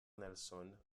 nelson